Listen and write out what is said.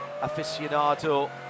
aficionado